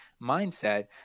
mindset